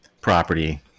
property